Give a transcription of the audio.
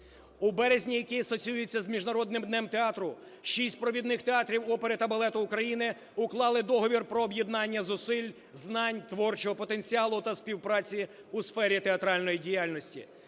У березні, який асоціюється з Міжнародним днем театру, 6 провідних театрів опери та балету України уклали договір про об'єднання зусиль, знань, творчого потенціалу та співпраці у сфері театральної діяльності.